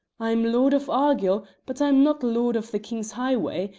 i'm lord of argyll, but i'm not lord of the king's highway,